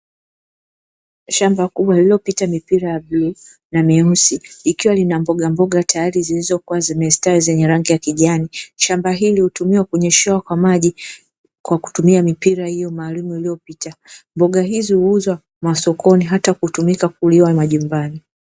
Shamba kubwa lililopita mipira ya bluu na myeusi likiwa lina mbogamboga tayari zilizokuwa zimestawi zenye rangi ya kijani. Shamba hili hutumiwa kunyeshewa kwa maji kwa kutumia mipira hiyo maalum iliyopita. Mboga hizo uuzwa masokoni hata kutumika kuliwa majumbani.